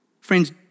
Friends